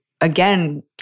again